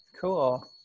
cool